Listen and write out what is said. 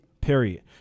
period